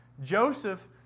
Joseph